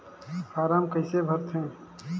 Form कइसे भरते?